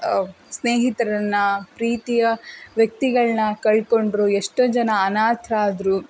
ಸ್ನೇಹಿತರನ್ನ ಪ್ರೀತಿಯ ವ್ಯಕ್ತಿಗಳನ್ನ ಕಳಕೊಂಡ್ರು ಎಷ್ಟೋ ಜನ ಅನಾಥರಾದ್ರು